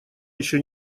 ещё